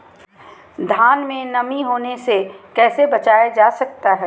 धान में नमी होने से कैसे बचाया जा सकता है?